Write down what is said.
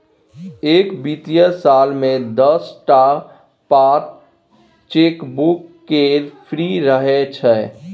एक बित्तीय साल मे दस टा पात चेकबुक केर फ्री रहय छै